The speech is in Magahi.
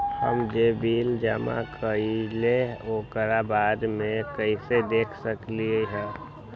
हम जे बिल जमा करईले ओकरा बाद में कैसे देख सकलि ह?